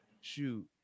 shoot